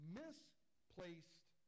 misplaced